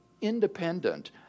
independent